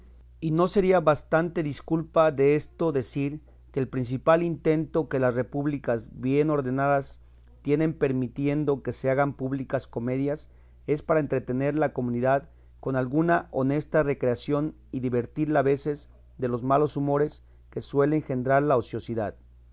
y no sería bastante disculpa desto decir que el principal intento que las repúblicas bien ordenadas tienen permitiendo que se hagan públicas comedias es para entretener la comunidad con alguna honesta recreación y divertirla a veces de los malos humores que suele engendrar la ociosidad